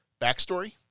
backstory